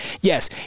Yes